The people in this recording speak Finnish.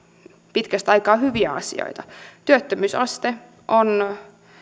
pitkästä aikaa hyviä asioita työttömyysaste on